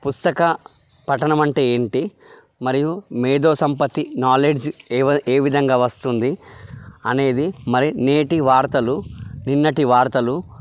పుస్తక పఠనం అంటే ఏంటి మరియు మేధోసంపత్తి నాలెడ్జ్ ఎవ ఏ విధంగా వస్తుంది అనేది మరి నేటి వార్తలు నిన్నటి వార్తలు